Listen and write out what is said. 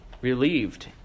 relieved